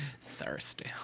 thirsty